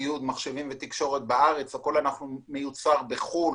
ציוד מחשבים ותקשורת בארץ, הכול מיוצר בחו"ל,